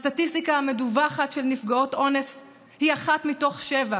הסטטיסטיקה המדווחת של נפגעות אונס היא אחת מתוך שבע.